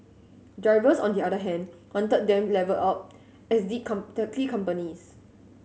drivers on the other hand wanted them levelled up as the companies